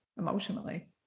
Emotionally